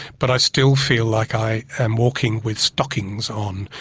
but i still feel like i am walking with stockings on.